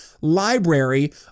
library